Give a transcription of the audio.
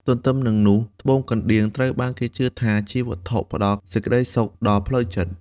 ទន្ទឹមនឹងនោះ ត្បូងកណ្ដៀងត្រូវបានគេជឿថាជាវត្ថុផ្ដល់សេចក្ដីសុខដល់ផ្លូវចិត្ត។